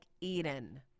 Eden